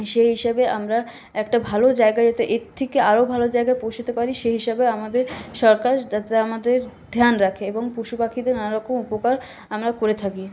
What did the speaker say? সেই হিসাবে আমরা একটা ভালো জায়গা যাতে এর থেকে আরও ভালো জায়গায় পৌঁছাতে পারি সেই হিসাবে আমাদের সরকার যাতে আমাদের ধ্যান রাখে এবং পশুপাখিদের নানারকম উপকার আমরা করে থাকি